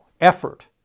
effort